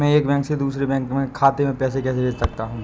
मैं एक बैंक से दूसरे बैंक खाते में पैसे कैसे भेज सकता हूँ?